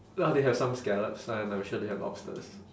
ah they have some scallops and I'm sure they have lobsters